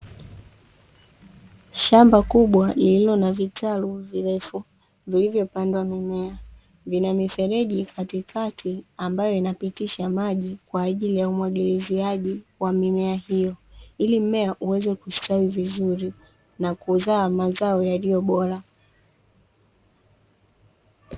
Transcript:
Shamba kubwa lililo na vitalu virefu vilivyopandwa mimea, vina mifereji katikati ambayo inapitisha maji kwaajili ya umwagiliziaji wa mimea hiyo, ili mmea uweze kustawi vizuri na kuzaa mazao yaliyo bora.